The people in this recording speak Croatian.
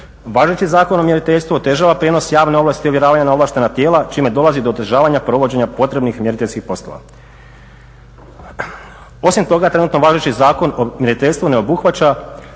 Važeći Zakon o mjeriteljstvu otežava prijenos javne ovlasti i ovjeravanje na ovlaštena tijela čime dolazi do otežavanja provođenja potrebnih mjeriteljskih poslova. Osim toga, trenutno važeći Zakon o mjeriteljstvu ne obuhvaća